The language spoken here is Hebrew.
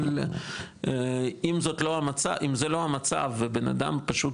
אבל אם זה לא המצב ובנאדם פשוט,